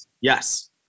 Yes